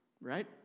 right